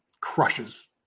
crushes